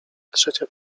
trzecia